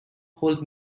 hold